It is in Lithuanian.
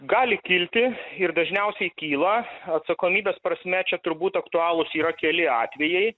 gali kilti ir dažniausiai kyla atsakomybės prasme čia turbūt aktualūs yra keli atvejai